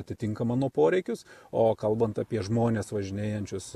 atitinka mano poreikius o kalbant apie žmones važinėjančius